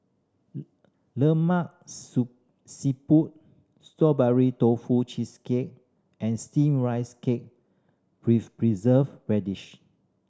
lemak siput Strawberry Tofu Cheesecake and Steamed Rice Cake with Preserved Radish